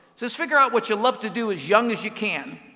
says, figure out what you love to do as young as you can,